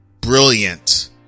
Brilliant